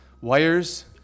wires